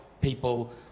people